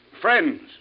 friends